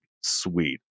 Sweet